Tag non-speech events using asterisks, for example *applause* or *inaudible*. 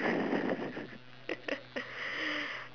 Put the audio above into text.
*laughs*